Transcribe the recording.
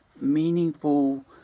meaningful